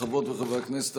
חברות וחברי הכנסת,